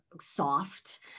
soft